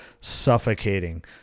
suffocating